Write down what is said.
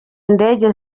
indege